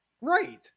Right